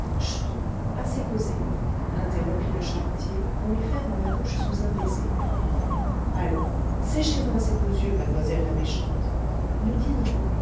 assez causé interrompit le charretier en lui fermant la bouche sous un baiser allons séchez moi ces beaux yeux mademoiselle la méchante nous dînerons